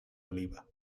oliva